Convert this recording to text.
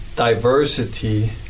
Diversity